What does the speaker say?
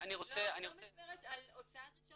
אני לא מדברת על הוצאת רישיון,